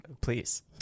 Please